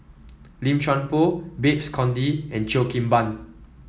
Lim Chuan Poh Babes Conde and Cheo Kim Ban